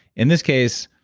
in this case,